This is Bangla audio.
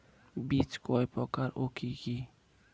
বীজ কয় প্রকার ও কি কি?